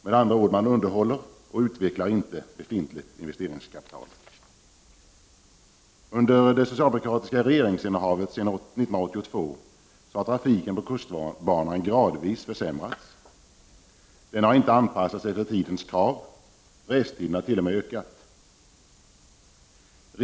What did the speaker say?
Med andra ord: Man underhåller och utvecklar inte befintligt investeringskapital. Regeringen har klart vilselett blekingarna.